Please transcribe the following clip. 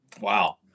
Wow